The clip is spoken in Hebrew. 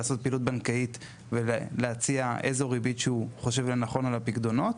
לעשות פעילות בנקאיות ולהציע איזו ריבית הוא חושב לנכון על הפיקדונות,